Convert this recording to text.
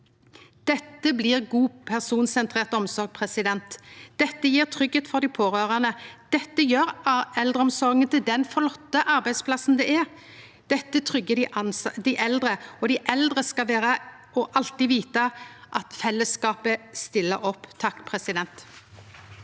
Dette blir god, personsentrert omsorg. Dette gjev tryggleik for dei pårørande. Dette gjer eldreomsorga til den flotte arbeidsplassen det er. Dette tryggar dei eldre, og dei eldre skal alltid vite at fellesskapet stiller opp. Tor Inge Eidesen